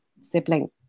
sibling